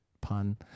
pun